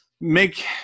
make